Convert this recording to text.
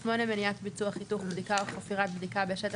מניעת ביצוע חיתוך בדיקה אן חפירת בדיקה בשטח